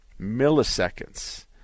Milliseconds